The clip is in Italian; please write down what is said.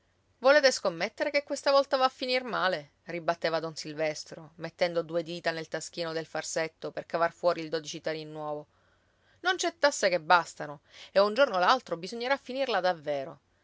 volete scommettere che questa volta va a finir male ribatteva don silvestro mettendo due dita nel taschino del farsetto per cavar fuori il dodici tarì nuovo non c'è tasse che bastano e un giorno o l'altro bisognerà finirla davvero